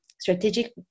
strategic